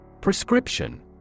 Prescription